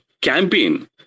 campaign